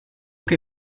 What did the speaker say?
che